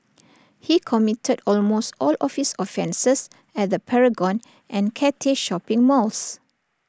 he committed almost all of his offences at the Paragon and Cathay shopping malls